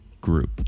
group